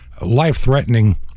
life-threatening